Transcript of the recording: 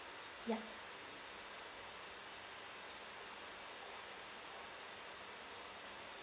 ya